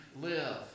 live